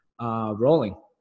rolling